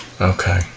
Okay